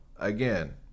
Again